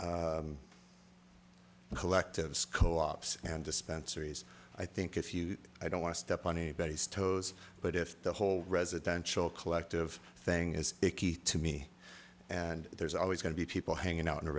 between collectives co ops and dispensaries i think if you don't want to step on anybody's toes but if the whole residential collective thing is to me and there's always going to be people hanging out in a